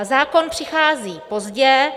Zákon přichází pozdě.